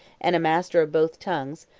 and a master of both tongues,